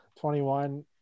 21